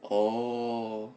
oh